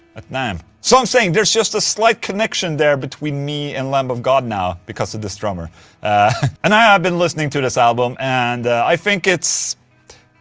at namm so i'm saying there's just a slight connection there between me and lamb of god now because of this drummer and i have been listening to this album, and i think it's.